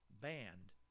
banned